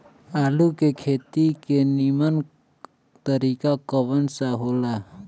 आलू के खेती के नीमन तरीका कवन सा हो ला?